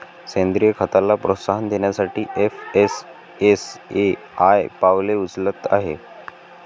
सेंद्रीय खताला प्रोत्साहन देण्यासाठी एफ.एस.एस.ए.आय पावले उचलत आहे